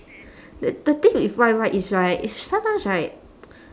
th~ the thing with Y_Y is right sh~ sometimes right